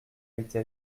été